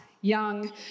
young